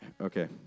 Okay